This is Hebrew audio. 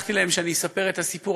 והבטחתי להם שאספר את הסיפור.